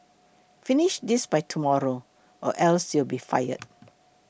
finish this by tomorrow or else you'll be fired